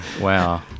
Wow